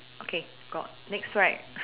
okay got next right